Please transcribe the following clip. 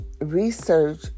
research